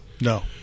No